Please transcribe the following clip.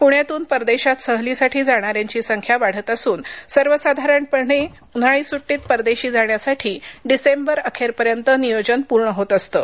पुण्यातून परदेशात सहलीसाठी जाणाऱ्यांची संख्या वाढत असून सर्वसाधारणपणे उन्हाळी सुट्टीत परदेशी जाण्यासाठी डिसेंबर अखेरपर्यंत नियोजन पूर्ण होत असतं